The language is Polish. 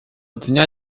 dnia